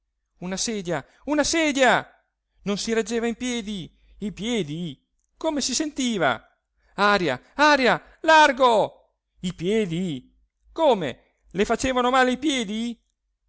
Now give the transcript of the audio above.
una sedia una sedia non si reggeva in piedi i piedi come si sentiva aria aria largo i piedi come le facevano male i piedi